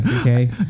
okay